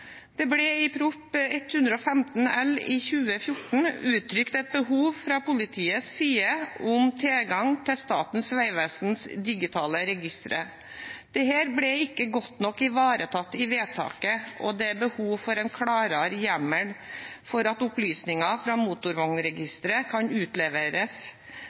Det ble i Prop. 115 L for 2013–2014 uttrykt et behov fra politiets side om tilgang til Statens vegvesens digitale registre. Dette ble ikke godt nok ivaretatt i vedtaket, og det er behov for en klarere hjemmel for at opplysninger fra motorvognregisteret kan utleveres